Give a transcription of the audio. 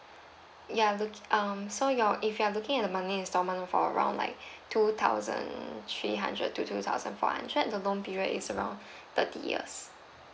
ya look um so you're if you're looking at the monthly instalment for around like two thousand three hundred to two thousand four hundred the loan period is around thirty years